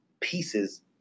pieces